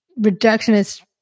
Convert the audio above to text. reductionist